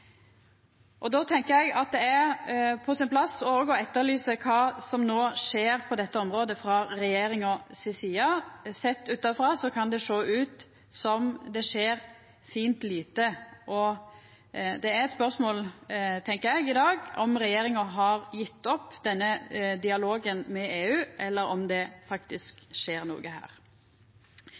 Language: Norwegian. Då tenkjer eg det er på sin plass òg å etterlysa kva som no skjer på dette området frå regjeringa si side. Sett utanfrå kan det sjå ut som det skjer fint lite, og det er eit spørsmål i dag, tenkjer eg, om regjeringa har gjeve opp denne dialogen med EU, eller om det faktisk skjer noko her.